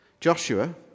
Joshua